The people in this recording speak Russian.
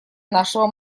нашего